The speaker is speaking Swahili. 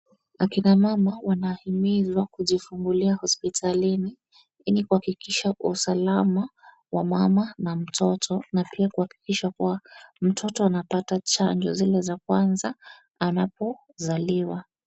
Akina mama wanahimizwa kujifungulia hospitalini, ili kuhakikisha usalama wa mama na mtoto, na pia kuhakikisha kuwa mtoto anapata chanjo zile za kwanza anapozaliwa.